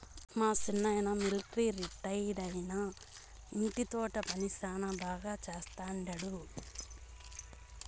మా సిన్నాయన మిలట్రీ రిటైరైనా ఇంటి తోట పని శానా బాగా చేస్తండాడు